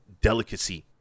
delicacy